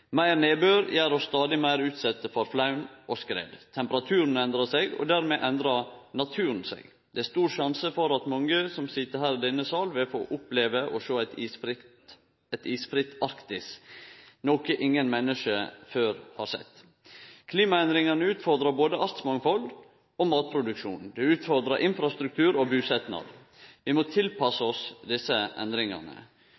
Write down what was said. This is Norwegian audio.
Meir nedbør gjer oss stadig meir utsette for flaum og skred. Temperaturen endrar seg, og dermed endrar naturen seg. Det er stor sjanse for at mange som sit her i denne salen, vil få oppleve å sjå eit isfritt Arktis, noko ingen menneske før har sett. Klimaendringane utfordrar både artsmangfaldet og matproduksjonen. Det utfordrar infrastruktur og busetnad. Vi må